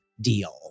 deal